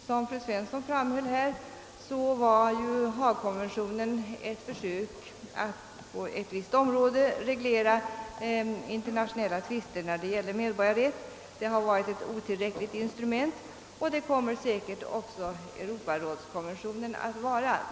Som fru Svensson framhöll var Haagkonventionen ett försök att på ett litet område reglera internationella tvister när det gäller medborgarrätten. Denna konvention har varit ett otillräckligt instrument, och det kommer säkert också europarådskonventionen att vara.